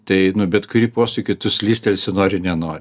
tai bet kurį posūkį tu slystelsi nori nenori